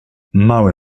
mały